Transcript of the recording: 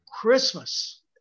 Christmas